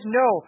no